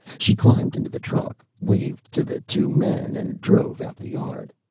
she climbed into the truck, waved to the two men and drove out the yard.